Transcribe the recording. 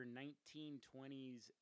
1920s